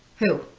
who?